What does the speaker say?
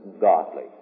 godly